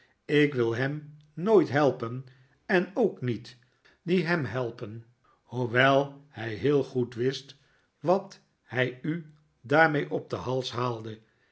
ik wil hem nooit helpen en ook die niet die hem helpen hoewel hij heel goed wist wat hij u daarmee op den hals haalde